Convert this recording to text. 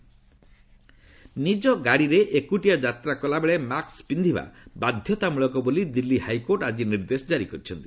court mask ନିଜ ଗାଡ଼ିରେ ଏକୁଟିଆ ଯାତ୍ରା କଲାବେଳେ ମାସ୍କ ପିନ୍ଧିବା ବାଧ୍ୟତାମୂଳକ ବୋଲି ଦିଲ୍ଲୀ ହାଇକୋର୍ଟ ଆଜି ନିର୍ଦ୍ଦେଶ କାରି କରିଛନ୍ତି